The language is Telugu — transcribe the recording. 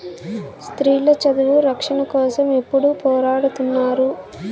స్త్రీల చదువు రక్షణ కోసం ఎప్పుడూ పోరాడుతున్నారు